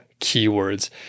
keywords